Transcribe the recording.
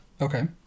Okay